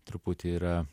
truputį yra